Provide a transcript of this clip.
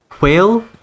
Whale